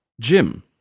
Jim